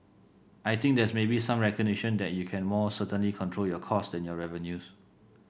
I think there's maybe some recognition that you can more certainly control your costs than your revenues